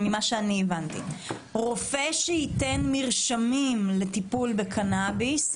רופא שייתן מרשמים לטיפול בקנביס,